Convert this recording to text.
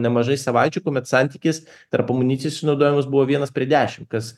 nemažai savaičių kuomet santykis tarp amunicijoj sunaudojamos buvo vienas prie dešimt kas